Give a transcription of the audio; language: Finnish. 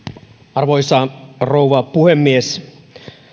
arvoisa rouva puhemies